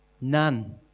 none